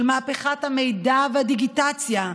של מהפכת המידע והדיגיטציה,